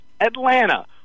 Atlanta